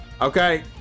Okay